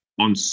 on